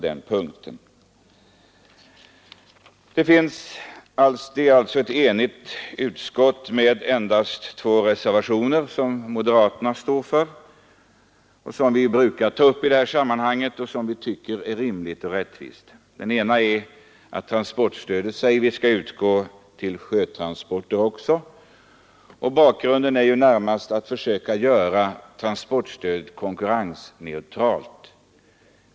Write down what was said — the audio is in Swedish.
Betänkandet innehåller endast två reservationer, bakom vilka representanter för moderata samligspartiet står. Kraven i reservationerna är enligt vår mening högst rimliga. I den ena reservationen föreslår vi att transportstöd också skall utgå för sjötransporter. Tanken är närmast att försöka göra transportstödet konkurrensneutralt.